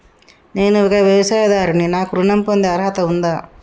నేను ఒక వ్యవసాయదారుడిని నాకు ఋణం పొందే అర్హత ఉందా?